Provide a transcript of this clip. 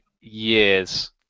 years